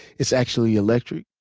it's actually electric.